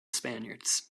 spaniards